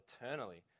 eternally